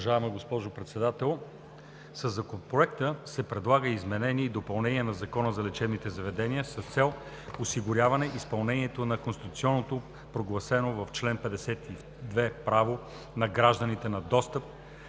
Със Законопроекта се предлага изменение и допълнение на Закона за лечебните заведения с цел осигуряване изпълнението на конституционно прогласеното в чл. 52 право на гражданите за достъп